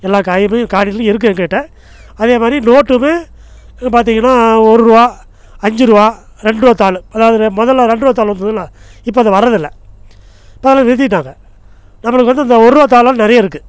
எல்லா காயுனுமே காயினுலேருந்து இருக்கு என்கிட்ட அதேமாதிரி நோட்டும் பார்த்திங்கன்னா ஒர்ரூபா அஞ்சு ரூபா ரெண்டு ரூபா தாள் இப்போ அதாவது முதல்ல ரெண்டு ரூபா தாள் வந்ததுல இப்போ அது வர்றதில்ல இப்போ அதலாம் நிறுத்திவிட்டாங்க நம்மளுக்கு வந்து இந்த ஒர்ரூபா தாளுலாம் நிறைய இருக்கு